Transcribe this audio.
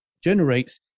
generates